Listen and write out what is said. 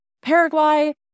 Paraguay